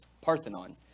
Parthenon